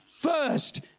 first